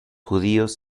judíos